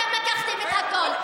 אתם לקחתם את הכול,